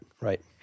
right